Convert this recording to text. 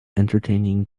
entertaining